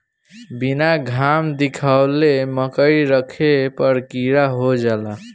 बीना घाम देखावले मकई रखे पर कीड़ा हो जाला